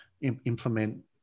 implement